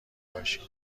باشیم